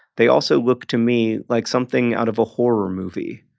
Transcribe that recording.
they also look to me like something out of a horror movie,